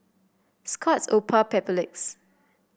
Scott's Oppo Papulex